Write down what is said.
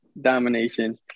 Domination